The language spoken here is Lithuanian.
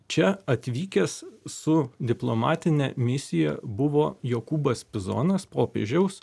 čia atvykęs su diplomatine misija buvo jokūbas pizonas popiežiaus